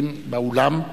באולם,